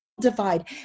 divide